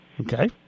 Okay